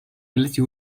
التي